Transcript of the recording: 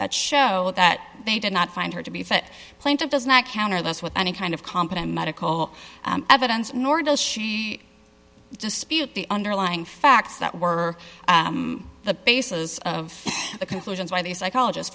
that show that they did not find her to be fit plaintiff does not counter this with any kind of competent medical evidence nor does she dispute the underlying facts that were the basis of the conclusions by the psychologist